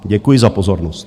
Děkuji za pozornost.